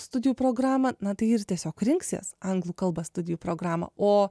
studijų programą na tai ir tiesiog rinksies anglų kalba studijų programą o